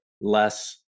less